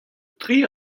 tri